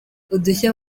udushya